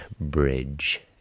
bridge